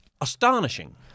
astonishing